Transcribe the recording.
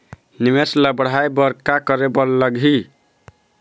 निवेश ला बढ़ाय बर का करे बर लगही?